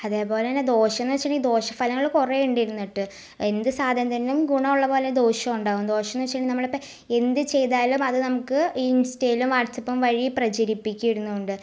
അതെപോലെ തന്നെ ദോഷം എന്ന് വച്ചുണ്ടെങ്കിൽ ദോഷഫലങ്ങൾ കുറേ ഉണ്ട് ഇരുന്നിട്ട് എന്ത് സാധനത്തിൻ്റെയും ഗുണം ഉള്ളത് പോലെ ദോഷവും ഉണ്ടാവും ദോഷം എന്ന് വച്ചിട്ടുണ്ടെങ്കിൽ നമ്മൾ ഇപ്പം എന്ത് ചെയ്താലും അത് നമുക്ക് ഇൻസ്റ്റയിലും വാട്സപ്പും വഴി പ്രചരിപ്പിക്കും ഇരുന്ന് കൊണ്ട്